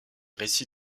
récit